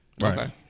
Right